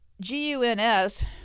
G-U-N-S